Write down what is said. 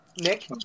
Nick